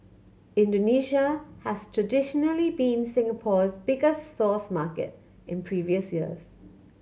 Indonesia has traditionally been Singapore's biggest source market in previous years